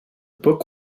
book